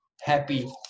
happy